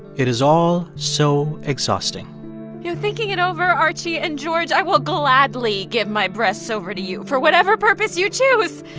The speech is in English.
it is all so exhausting you know, thinking it over, archie and george, i will gladly give my breasts over to you for whatever purpose you choose.